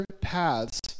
paths